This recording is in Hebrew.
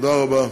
תודה רבה.